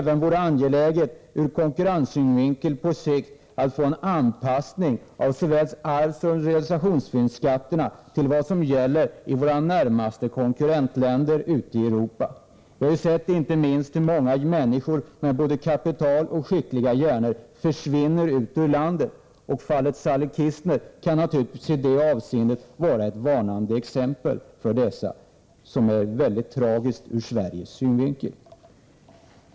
Det vore angeläget även ur konkurrenssynvinkel att på sikt få en anpassning av såväl arvssom realisationsvinstsskatterna till vad som gäller i våra närmaste konkurrentländer ute i Europa. Vi har ju sett hur många, inte minst människor med både kapital och skickliga hjärnor, försvinner ut ur landet. Fallet Sally Kistner kan naturligtvis i detta avseende vara ett varnande exempel, som är mycket tragiskt ur Sveriges synvinkel.